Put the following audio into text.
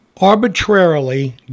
arbitrarily